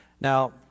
Now